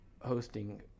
hosting